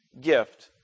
gift